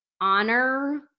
honor